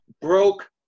broke